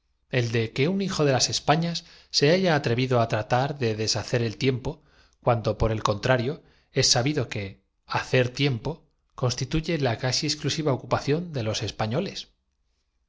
el de que un hijo de las españas se haya atrevido á tratar de deshacer el tiempo cuando por el contrario es sabido que hacer tiempo constituye la casi exclusiva ocupación de los españoles